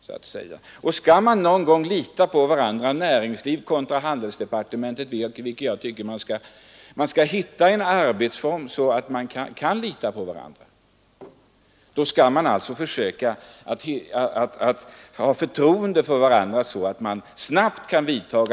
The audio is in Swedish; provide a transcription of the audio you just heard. Jag tycker att näringslivets och handelspartementets företrädare borde lita på varandra och försöka finna arbetsformer som gör en sådan tillit möjlig.